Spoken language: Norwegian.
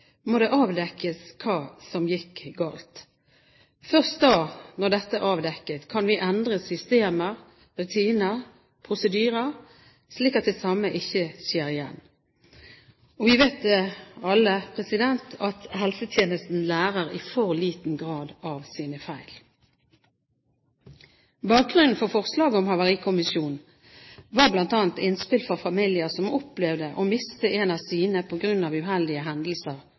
må det avdekkes hva som gikk galt. Først da, når dette er avdekket, kan vi endre systemer, rutiner og prosedyrer, slik at det samme ikke skjer igjen. Og vi vet alle at helsetjenesten i for liten grad lærer av sine feil. Bakgrunnen for forslaget om en havarikommisjon var bl.a. innspill fra familier som opplevde å miste en av sine på grunn av uheldige hendelser